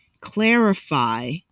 clarify